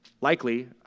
likely